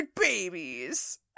babies